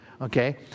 Okay